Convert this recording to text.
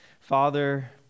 Father